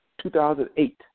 2008